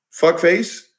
Fuckface